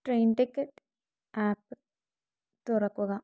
train ticket app തുറക്കുക